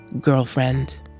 Girlfriend